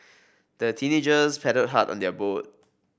the teenagers paddled hard on their boat